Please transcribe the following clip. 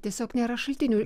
tiesiog nėra šaltinių